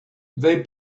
they